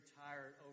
tired